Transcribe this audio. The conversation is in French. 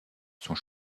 sont